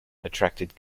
attracted